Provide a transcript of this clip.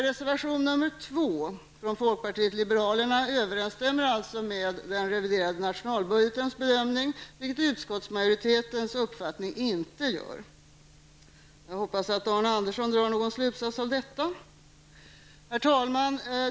Reservation 2 från folkpartiet liberalerna överensstämmer alltså med den reviderade nationalbudgetens bedömning, vilket utskottsmajoritetens uppfattning inte gör. Jag hoppas att Arne Andersson i Gamleby drar någon slutsats av detta. Herr talman!